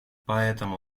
поэтому